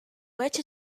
which